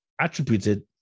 Attributed